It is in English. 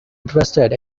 interested